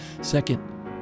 second